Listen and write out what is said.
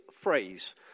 phrase